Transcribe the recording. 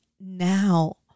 now